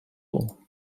all